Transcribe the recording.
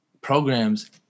programs